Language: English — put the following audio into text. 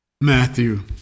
Matthew